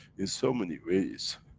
in so many ways,